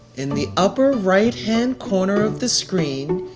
in the upper right-hand corner of the screen,